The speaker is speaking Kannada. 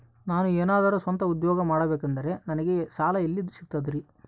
ನಾನು ಏನಾದರೂ ಸ್ವಂತ ಉದ್ಯೋಗ ಮಾಡಬೇಕಂದರೆ ನನಗ ಸಾಲ ಎಲ್ಲಿ ಸಿಗ್ತದರಿ?